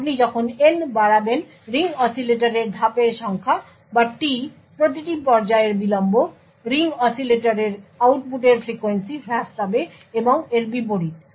আপনি যখন n বাড়াবেন রিং অসিলেটরের ধাপের সংখ্যা বা t প্রতিটি পর্যায়ের বিলম্ব রিং অসিলেটরের আউটপুটের ফ্রিকোয়েন্সি হ্রাস পাবে এবং এর বিপরীত